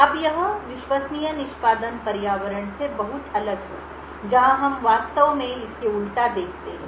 अब यह विश्वसनीय निष्पादन पर्यावरण से बहुत अलग है जहां हम वास्तव में इस के उलटा देखते हैं